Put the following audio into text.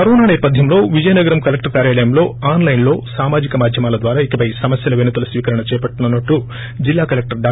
corona నేపథ్యంలో Vizianagaram collector కార్యాలయంలో ఆస్ లైస్ లో సామాజిక మాధ్యమాల ద్వారా ఇకపై సమస్యల వినతుల స్వీకరణ చేపట్టనున్నట్టు జిల్లా కలెక్షర్ డా